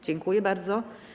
Dziękuję bardzo.